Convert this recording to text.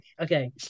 Okay